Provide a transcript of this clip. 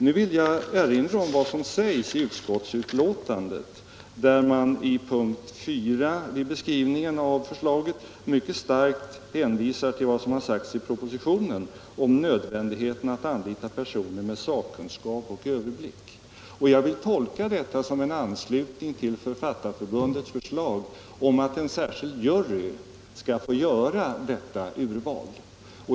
Nu vill jag erinra om vad som sägs i utskottsbetänkandet, där man i p. 4 vid beskrivningen av förslaget mycket starkt hänvisar till vad som har sagts i propositionen om nödvändigheten av att anlita personer med sakkunskap och överblick. Jag vill tolka detta som en anslutning till Författarförbundets förslag om att en särskild jury skall få göra detta urval.